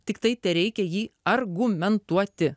tiktai tereikia jį argumentuoti